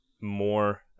more